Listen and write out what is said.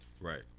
Right